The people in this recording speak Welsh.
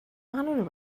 annwyl